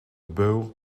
beul